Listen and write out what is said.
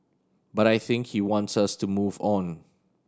but I think he wants us to move on